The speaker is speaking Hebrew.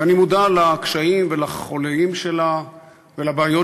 ואני מודע לקשיים ולחוליים שלה ולבעיות